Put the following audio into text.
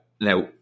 now